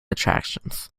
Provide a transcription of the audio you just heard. attractions